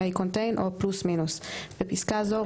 "may contain" או "+-"; בפסקה זו,